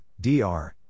DR